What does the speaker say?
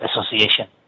association